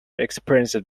experienced